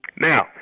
Now